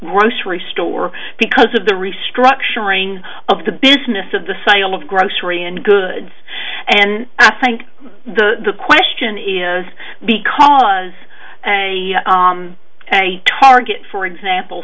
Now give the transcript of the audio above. a store because of the restructuring of the business of the sale of grocery and goods and i think the question is because i am a target for example